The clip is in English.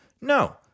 No